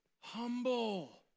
humble